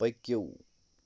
پٔکِو